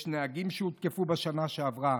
יש נהגים שהותקפו בשנה האחרונה,